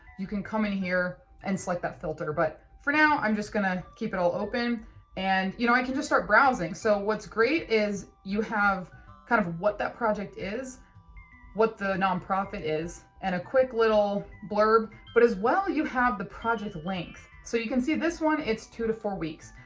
you can come in here and select that filter. but for now, i'm just gonna keep it all open and you know i can just start browsing. so what's great is you have kind of what that project is what the nonprofit is and a quick little blurb but as well you have the project length so you can see this one it's two to four weeks.